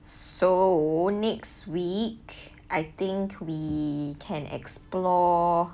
so next week I think we can explore